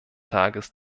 tages